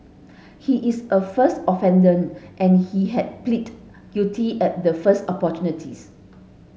he is a first offender and he has pleaded guilty at the first opportunities